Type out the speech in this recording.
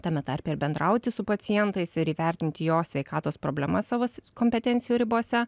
tame tarpe ir bendrauti su pacientais ir įvertinti jo sveikatos problemas savo kompetencijų ribose